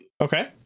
Okay